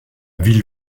ville